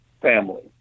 family